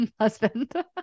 husband